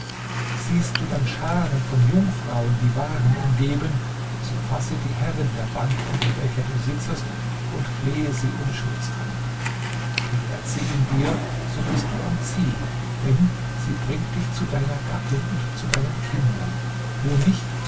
siehst du dann scharen von jungfrauen die waren umgeben so fasse die herrin der bank unter welcher du sitzest und flehe sie um schutz an gewährt sie ihn dir so bist du am ziel denn sie bringt dich zu deiner gattin und zu deinen kindern wo nicht